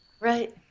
right